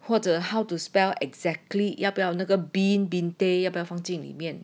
或者 how to spell exactly 要不要那个 bin~ binte 摆放进里面